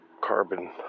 carbon